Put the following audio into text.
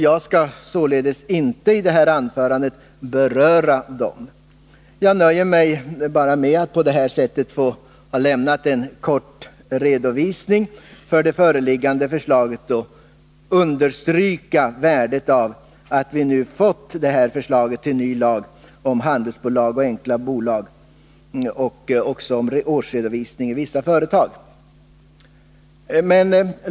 Jag skall således inte i det här anförandet beröra dem. Jag nöjer mig bara med att på det här sättet få lämna en kort redovisning för det föreliggande förslaget och understryka värdet av att vi nu fått de här förslagen till ny lag om handelsbolag och enkla bolag samt om årsredovisning i vissa företag.